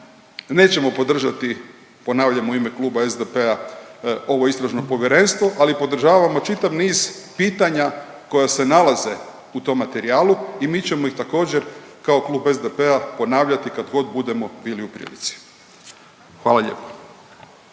nećemo podržati, ponavljam, u ime Kluba SDP-a ovo istražno povjerenstvo, ali podržavamo čitav niz pitanja koja se nalaze u tom materijalu i mi ćemo ih također, kao Klub SDP-a ponavljati kad god budemo bili u prilici. Hvala lijepo.